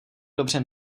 dobře